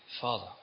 Father